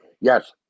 Yes